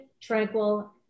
tranquil